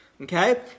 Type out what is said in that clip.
Okay